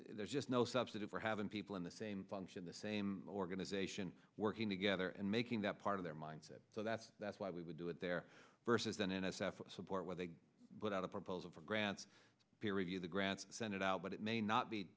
there's just no substitute for having people in the same function the same organization working together and making that part of their mindset so that's that's why we would do it there versus an n s f support where they put out a proposal for grants to review the grants send it out but it may not be